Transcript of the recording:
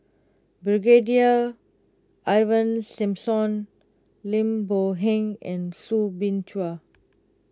Brigadier Ivan Simson Lim Boon Heng and Soo Bin Chua